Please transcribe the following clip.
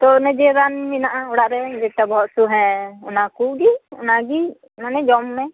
ᱛᱳ ᱚᱱᱮ ᱡᱮ ᱨᱟᱱ ᱢᱮᱱᱟᱜᱼᱟ ᱚᱲᱟᱜ ᱨᱮ ᱡᱮᱴᱟ ᱵᱚᱦᱚᱜ ᱦᱟᱥᱩ ᱦᱮᱸ ᱚᱱᱟ ᱠᱚᱜᱮ ᱚᱱᱟ ᱢᱟᱱᱮ ᱡᱚᱢ ᱢᱮ